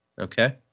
Okay